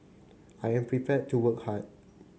I am prepared to work hard